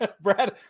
Brad